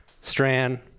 strand